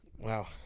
Wow